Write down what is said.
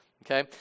Okay